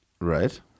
Right